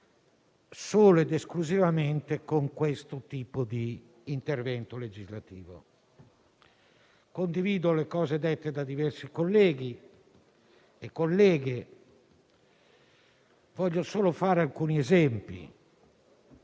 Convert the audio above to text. solo ed esclusivamente con questo tipo di intervento legislativo. Condivido quanto detto da diversi colleghi e colleghe; voglio solo fare alcuni esempi.